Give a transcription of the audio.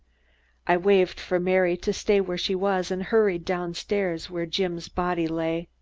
i waved for mary to stay where she was and hurried down-stairs, where jim's body lay.